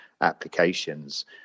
applications